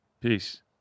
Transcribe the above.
Peace